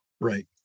Right